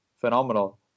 phenomenal